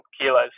kilos